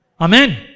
Amen